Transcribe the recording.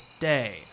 Day